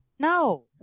No